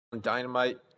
dynamite